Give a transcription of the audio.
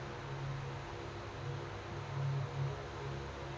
ಬರ ಇರಲಾರದ್ ರಾಗಿ ತಳಿ ಐತೇನ್ರಿ?